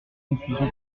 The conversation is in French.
confusion